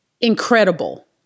incredible